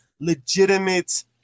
legitimate